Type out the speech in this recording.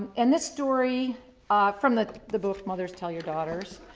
and this story from the the book, mothers tell your daughters.